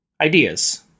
Ideas